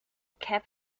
cap